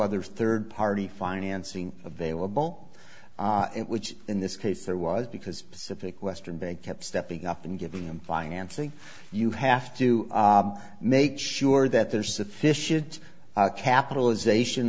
other third party financing available which in this case there was because civic western bank kept stepping up and giving them financing you have to make sure that there's sufficient capitalization